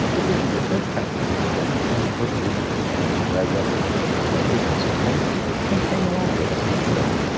if this is your first time with us, let me extend a personal invitation for you to drag out your little paint brushes and some paints and and paint along with us each show.